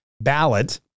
ballot